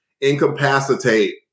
incapacitate